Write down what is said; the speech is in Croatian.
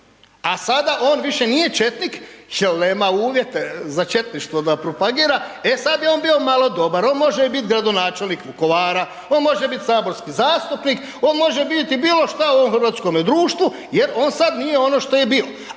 a sada on više nije četnik jel nema uvjete za četništvo da propagira, e sad je on bio malo dobar, on može i bit gradonačelnik Vukovara, on može bit saborski zastupnik, on može biti bilo šta u ovom hrvatskome društvu jer on sad nije ono što je bio,